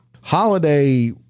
Holiday